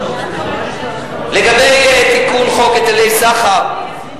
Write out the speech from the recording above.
לגבי תיקון חוק היטלי סחר,